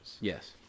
Yes